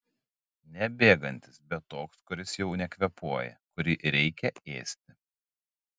ne bėgantis bet toks kuris jau nekvėpuoja kurį reikia ėsti